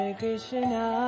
Krishna